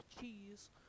cheese